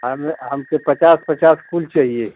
हमें हमसे पचास पचास कुल चाहिए